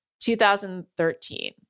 2013